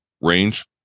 range